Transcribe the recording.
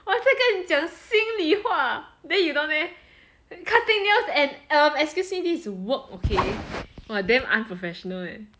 我在跟你讲心里话 then you down there cutting nails and um excuse me this is work okay !wah! damn unprofessional leh